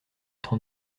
temps